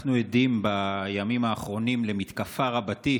אנחנו עדים בימים האחרונים למתקפה רבתי